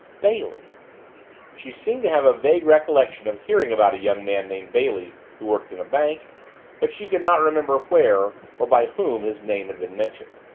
bailey she seemed to have a vague recollection of hearing about a young man named bailey who worked in a bank but she could not remember where or by whom his name had been mentioned.